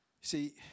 See